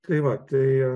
tai vat tai